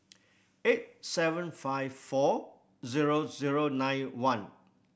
eight seven five four zero zero nine one